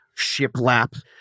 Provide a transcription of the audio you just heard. shiplap